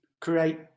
create